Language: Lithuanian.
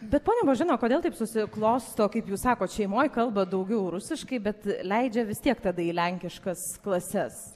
bet ponia božena kodėl taip susiklosto kaip jūs sakot šeimoj kalba daugiau rusiškai bet leidžia vis tiek tada į lenkiškas klases